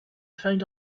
found